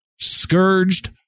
Scourged